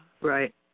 Right